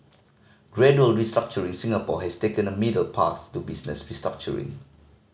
gradual restructuring Singapore has taken a middle path to business restructuring